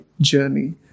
journey